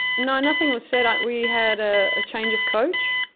no, nothing was said. we had a change of coach,